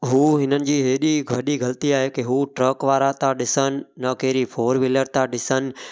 हू हिननि जी हेॾी वॾी ग़लती आहे कि हू ट्रक वारा था ॾिसनि न कहिड़ी फ़ोर व्हीलर था ॾिसनि